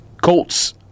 Colts